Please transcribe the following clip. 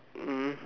mm